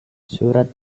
surat